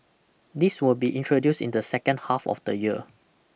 this will be introduce in the second half of the year